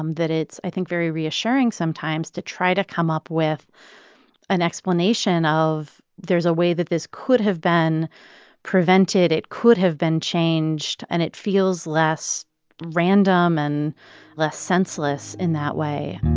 um that it's, i think, very reassuring sometimes to try to come up with an explanation of there's a way that this could have been prevented, it could have been changed. and it feels less random and less senseless in that way